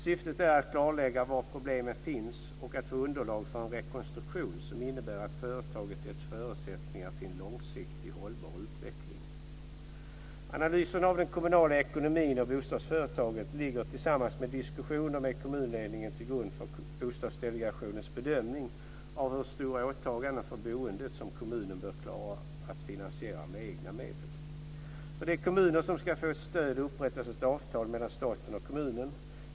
Syftet är att klarlägga var problemen finns och att få underlag för en rekonstruktion som innebär att företaget ges förutsättningar till en långsiktigt hållbar utveckling. Analyserna av den kommunala ekonomin och av bostadsföretaget ligger tillsammans med diskussioner med kommunledningen till grund för Bostadsdelegationens bedömning av hur stora åtaganden för boendet som kommunen bör klara att finansiera med egna medel. För de kommuner som ska få ett stöd upprättas ett avtal mellan staten och kommunen.